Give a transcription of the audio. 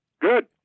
Good